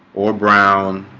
or brown